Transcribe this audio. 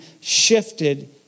shifted